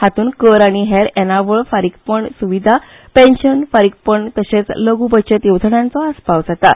हातूंत कर आनी हेर येणावळ फारीकपण सुविधा पेन्शन फारीकपण तशेंच लघू बचत येवजण्यांचो आस्पाव जाता